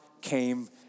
came